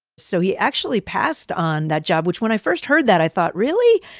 so he actually passed on that job, which when i first heard that, i thought, really?